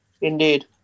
Indeed